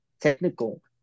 technical